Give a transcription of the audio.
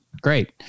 Great